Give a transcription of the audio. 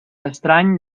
estrany